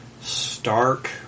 stark